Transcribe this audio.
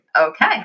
Okay